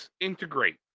integrate